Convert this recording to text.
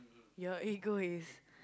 your ego is